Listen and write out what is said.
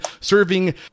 serving